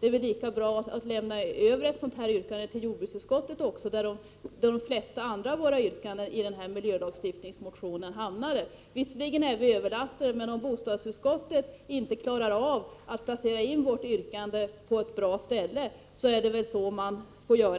är det lika bra att lämna över ett sådant här yrkande till jordbruksutskottet också, där de flesta andra av våra yrkanden i denna miljölagstiftningsmotion hamnade. Visserligen är jordbruksutskottet överlastat av ärenden, men om bostadsutskottet inte klarar av att placera in vårt yrkande, är väl detta den väg man får gå.